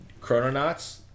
Chrononauts